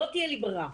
לא תהיה לי ברירה.